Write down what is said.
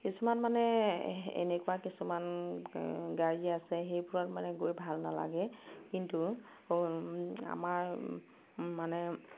কিছুমান মানে এনেকুৱা কিছুমান গাড়ী আছে সেইবোৰত মানে গৈ ভাল নালাগে কিন্তু আমাৰ মানে